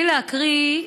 ברצוני להקריא,